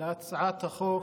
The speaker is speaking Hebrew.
להצעת החוק